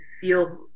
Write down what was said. feel